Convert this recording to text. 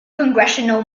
congressional